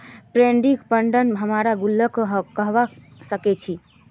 provident फंडक हमरा गुल्लको कहबा सखछी